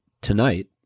Tonight